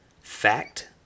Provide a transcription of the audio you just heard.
fact